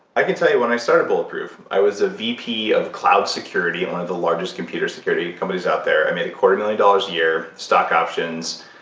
i can tell you when i started bulletproof, i was a vp of cloud security at one of the largest computer security companies out there. i made a quarter million dollars a year, stock options.